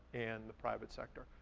and the private sector.